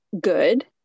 good